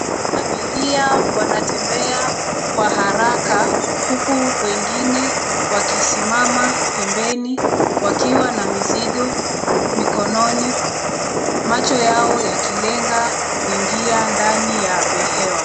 Abiria wanatembea kwa haraka huku wengine wakisimama pembeni wakiwa na mzigo mikononi, macho yao yakilenga kuingia ndani ya behewa.